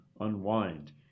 unwind